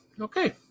Okay